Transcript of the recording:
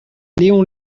léon